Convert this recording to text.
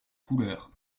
couleur